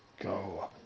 go